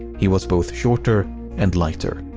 he was both shorter and lighter.